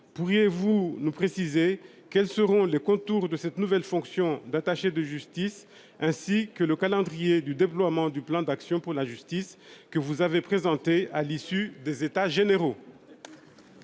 pourriez-vous nous préciser quels seront les contours de cette nouvelle fonction d'attaché de justice, ainsi que le calendrier du déploiement du plan d'action pour la justice que vous avez présenté à l'issue des états généraux.